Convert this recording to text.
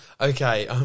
Okay